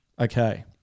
Okay